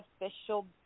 official